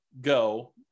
go